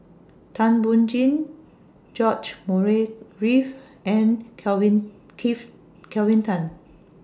Thum Ping Tjin George Murray Reith and Kelvin Kelvin Tan